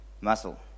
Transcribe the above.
muscle